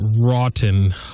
Rotten